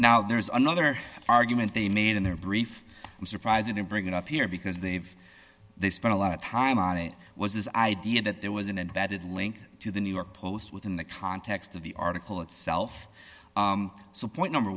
now there is another argument they made in their brief i'm surprised they didn't bring it up here because they've they spent a lot of time on it was this idea that there was an embedded link to the new york post within the context of the article itself so point number